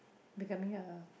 becoming a